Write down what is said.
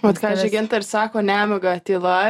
vat ką žyginta ir sako nemiga tyla